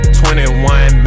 21